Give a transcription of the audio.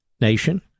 nation